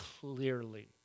clearly